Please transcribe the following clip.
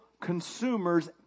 consumers